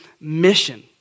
mission